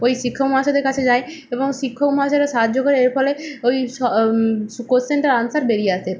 ওই শিক্ষক মহাশয়দের কাছে যায় এবং শিক্ষক মহাশয়রা সাহায্য করে এর ফলে ওই স সু কোয়েশ্চেনটার অ্যানসার বেরিয়ে আসে